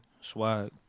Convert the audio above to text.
Swag